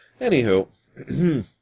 Anywho